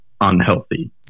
unhealthy